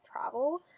travel